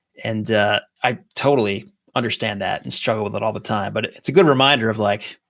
and i totally understand that and show that all the time, but it's a good reminder of like,